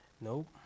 Nope